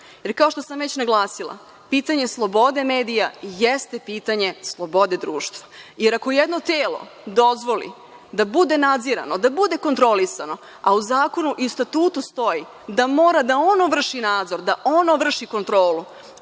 REM-a. Kao što sam već naglasila, pitanje slobode medija jeste pitanje slobode društva, jer ako jedno telo dozvoli da bude nadzirano, da bude kontrolisano, a u zakonu i statutu stoji da mora da ono vrši nadzor, da ono vrši kontrolu,